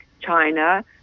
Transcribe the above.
China